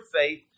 faith